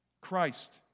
Christ